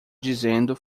dizendo